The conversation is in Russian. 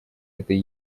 этой